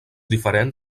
diferent